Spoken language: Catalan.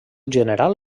general